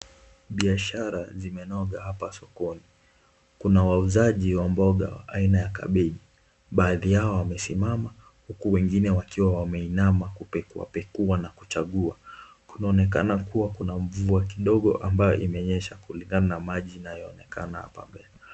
Biashara zimenoga hapa sokoni. Kuna wauzaji wa mboga aina ya kabeji. Baadhi yao wamesimama huku wengine wakiwa wameinama kupekua na kuchagua. Kunaonekana kuwa kuna mvua kidogo imenyesha kulingana na maji inayoonekana hapa mbele.